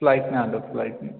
फ्लाईटनं आलो फ्लाईटनं